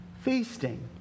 Feasting